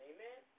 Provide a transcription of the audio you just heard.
Amen